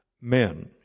men